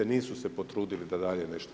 Nisu se potrudili da dalje nešto.